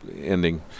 ending